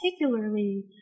particularly